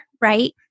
right